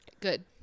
good